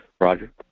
Roger